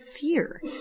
fear